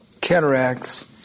cataracts